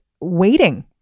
waiting